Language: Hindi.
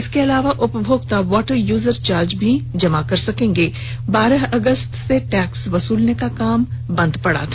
इसके अलावा उपभोक्ता वाटर यूजर चार्ज भी जमा कर सकेंगे बारह अगस्त से टैक्स वसूलने का काम बंद पड़ा था